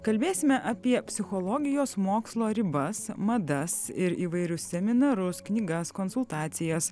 kalbėsime apie psichologijos mokslo ribas madas ir įvairius seminarus knygas konsultacijas